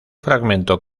fragmento